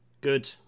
Good